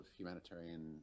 humanitarian